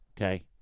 Okay